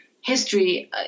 history